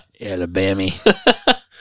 Alabama